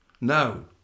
No